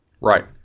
Right